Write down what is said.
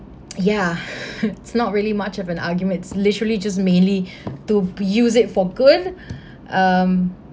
ya it's not really much of an argument literally just mainly to use it for good um